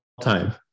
time